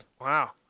Wow